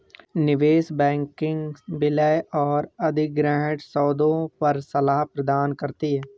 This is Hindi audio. निवेश बैंकिंग विलय और अधिग्रहण सौदों पर सलाह प्रदान करती है